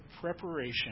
preparation